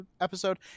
episode